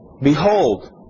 Behold